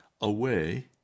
away